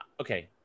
okay